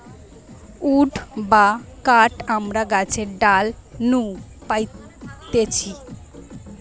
would বা কাঠ আমরা গাছের ডাল নু পাইতেছি